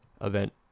event